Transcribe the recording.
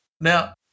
Now